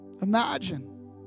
Imagine